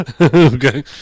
Okay